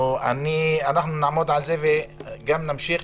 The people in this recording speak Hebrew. אנחנו נעמוד על זה וגם נמשיך.